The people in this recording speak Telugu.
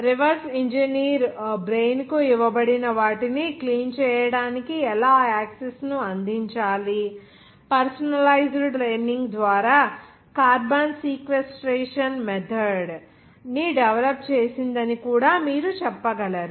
రివర్స్ ఇంజనీర్ బ్రెయిన్ కు ఇవ్వబడిన వాటిని క్లీన్ చేయడానికి ఎలా యాక్సిస్ ను అందించాలి పర్సనలైజ్డ్ లెర్నింగ్ ద్వారా కార్బన్ సీక్వెస్ట్రేషన్ మెథడ్ ని డెవలప్ చేసిందని కూడా మీరు చెప్పగలరు